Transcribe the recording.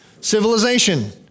civilization